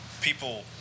people